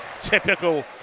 typical